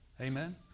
Amen